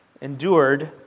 endured